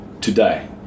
today